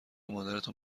مادرتان